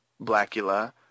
Blackula